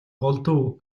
голдуу